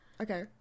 okay